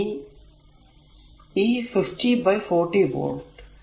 ഇനി ഈ 50 by 40 volt